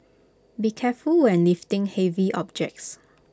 be careful when lifting heavy objects